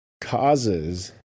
causes